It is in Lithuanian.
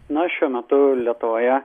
na šiuo metu lietuvoje